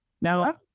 now